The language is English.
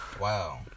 Wow